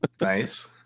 Nice